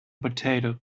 potato